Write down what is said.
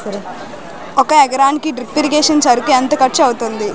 ఒక ఎకరానికి drip irrigation సాగుకు ఎంత ఖర్చు అవుతుంది?